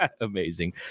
Amazing